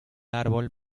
árbol